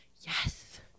yes